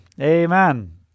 Amen